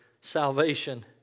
salvation